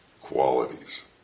qualities